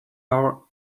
our